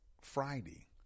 Friday